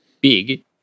big